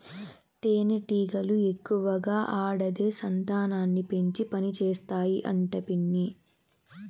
తేనెటీగలు ఎక్కువగా ఆడదే సంతానాన్ని పెంచి పనిచేస్తాయి అంట పిన్ని